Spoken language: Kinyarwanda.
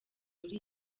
muri